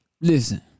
listen